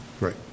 Right